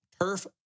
Turf